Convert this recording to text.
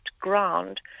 ground